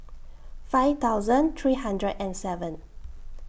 five thousand three hundred and seven